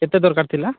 କେତେ ଦରକାର ଥିଲା